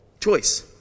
choice